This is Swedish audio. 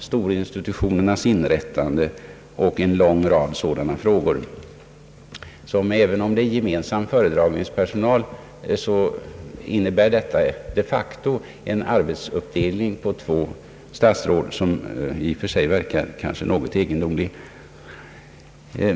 Storinstitutionernas inrättande och en lång rad sådana frågor innebär, även om det är gemensam föredragningspersonal, de facto en arbetsuppdelning på två statsråd, vilket i och för sig kanske verkar något egendomligt.